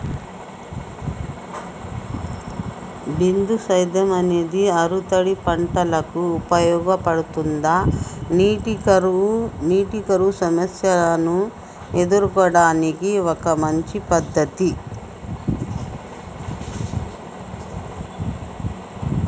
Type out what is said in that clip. బిందు సేద్యం అనేది ఆరుతడి పంటలకు ఉపయోగపడుతుందా నీటి కరువు సమస్యను ఎదుర్కోవడానికి ఒక మంచి పద్ధతి?